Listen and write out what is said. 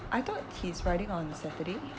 I thought he's riding on saturday